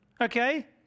okay